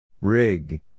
Rig